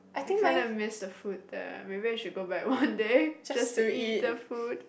I kind of miss the food there maybe I should go back one day just eat the food